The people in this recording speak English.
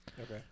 Okay